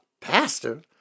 Pastor